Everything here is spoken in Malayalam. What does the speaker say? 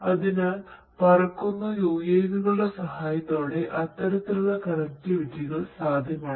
അതിനാൽ പറക്കുന്ന UAV കളുടെ സഹായത്തോടെ അത്തരത്തിലുള്ള കണക്റ്റിവിറ്റികൾ സാധ്യമാണ്